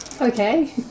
Okay